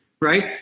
right